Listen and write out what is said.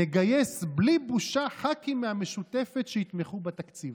נגייס בלי בושה ח"כים מהמשותפת שיתמכו בתקציב".